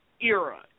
era